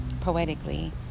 poetically